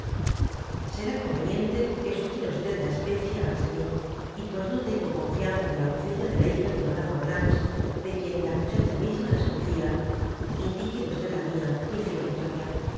será conteniente que sugiera o la especie á danceny y pues ttíy tengo confianza de la doncella de la hija de madama volanges de quien la muchacha misma desconfía indiquele la niia mi fiel victoria después yo